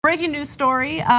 breaking news story,